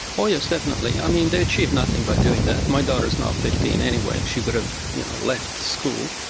oh yes, definitely. i mean, they achieved nothing by doing that. my daughter is now fifteen anyway. she would have you know left school.